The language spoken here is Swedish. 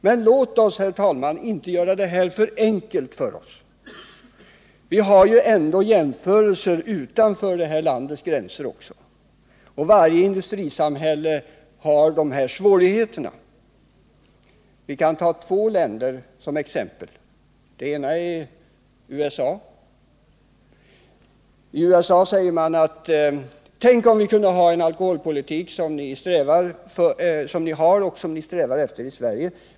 Men låt oss inte, herr talman, göra detta för enkelt för oss. Vi kan ändå göra jämförelser utanför detta lands gränser, och varje industrisamhälle har de här svårigheterna. Vi kan ta två länder som exempel. Det ena är USA. I USA säger man: Tänk om vi kunde ha en alkoholpolitik som ni har och som ni strävar efter i Sverige.